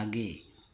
आगे